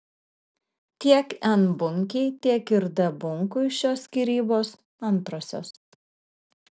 tiek n bunkei tiek ir d bunkui šios skyrybos antrosios